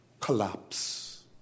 collapse